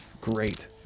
great